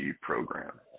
program